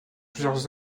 plusieurs